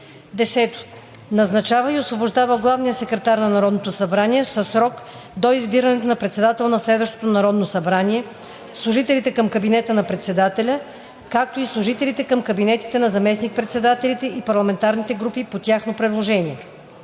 10. назначава и освобождава главния секретар на Народното събрание със срок до избирането на председател на следващото Народно събрание, служителите към кабинета на председателя, както и служителите към кабинетите на заместник-председателите и парламентарните групи по тяхно предложение;